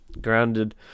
grounded